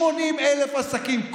80,000 עסקים.